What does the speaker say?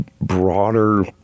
broader